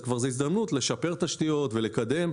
זאת הזדמנות לשפר תשתיות ולקדם.